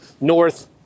north